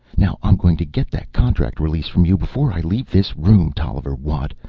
now i'm going to get that contract release from you before i leave this room, tolliver watt,